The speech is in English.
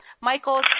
Michael